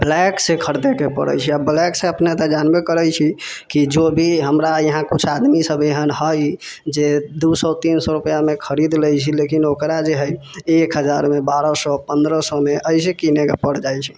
black से ख़रीदै के परै छै आ ब्लैक से अपने तऽ जानबे करै छी की जोभी हमरा यहाँ कुछ आदमी सब एहन है जे दू सए तीन सए रुपैआ मे खरीद लै छै लेकिन ओकरा जे है एक हजार मे बारह सए पन्द्रह सए मे ऐसे किनै के पर जाइ छै